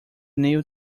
new